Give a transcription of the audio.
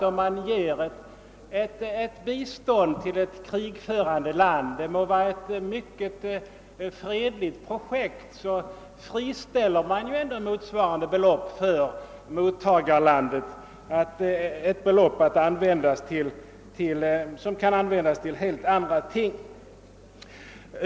Om man ger bistånd till ett krigförande land — det må gälla ett mycket fredligt projekt — så friställer man för mottagarlandet motsvarande belopp, som kan användas till helt andra ändamål.